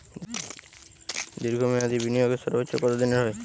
দীর্ঘ মেয়াদি বিনিয়োগের সর্বোচ্চ কত দিনের হয়?